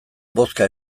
bozka